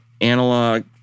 analog